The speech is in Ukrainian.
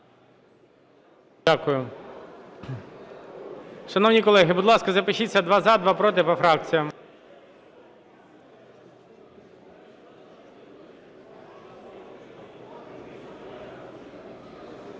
Дякую. Шановні колеги, будь ласка, запишіться: два – за, два – проти по фракціях.